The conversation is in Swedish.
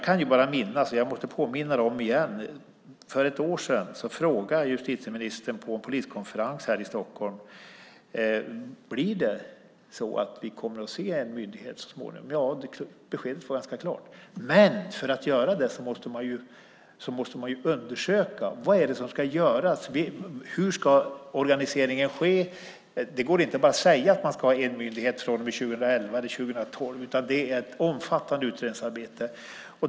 Jag måste påminna om att jag för ett år sedan på en poliskonferens här i Stockholm frågade justitieministern om vi så småningom kommer att se en myndighet. Beskedet var ganska klart att det skulle bli så. Men om man ska göra det måste man undersöka vad som ska göras. Hur ska organiseringen ske? Det går inte bara att säga att man ska ha en myndighet från och med 2011 eller 2012, utan det måste ske ett omfattande utredningsarbete.